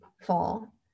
fall